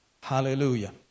Hallelujah